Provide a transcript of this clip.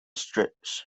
strips